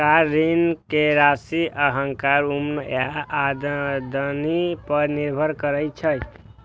car ऋण के राशि अहांक उम्र आ आमदनी पर निर्भर करै छै